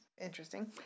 interesting